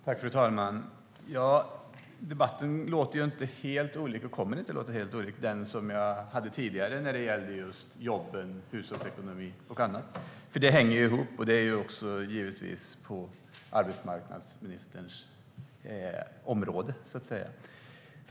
Fru talman! Debatten låter inte och kommer inte att låta helt olik den debatt om jobben, hushållsekonomi och annat jag hade tidigare. Det hänger nämligen ihop, och det ligger givetvis inom arbetsmarknadsministerns område.